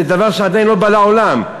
זה דבר שעדיין לא בא לעולם.